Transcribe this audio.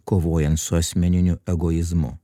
kovojant su asmeniniu egoizmu